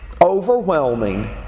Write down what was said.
overwhelming